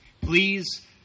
please